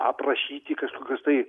aprašyti kažkokius tai